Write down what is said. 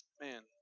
Man